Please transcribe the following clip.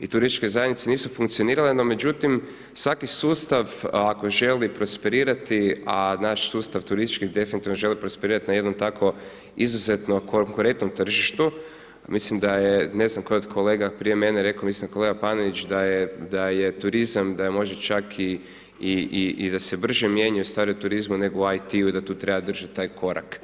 i turističke zajednice nisu funkcionirale, no međutim svaki sustav ako želi prosperirati, a naš sustav turistički definitivno želi prosperirati na jednom tako izuzetno konkurentnom tržištu, mislim da je, ne znam tko je od kolega prije mene rekao, mislim kolega Panenić da je turizam, da je možda čak i da se brže mijenjaju stvari u turizmu nego u IT, i da tu treba držati taj korak.